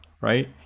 right